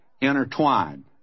intertwined